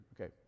Okay